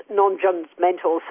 non-judgmental